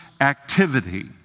activity